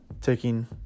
taking